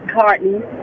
carton